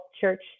church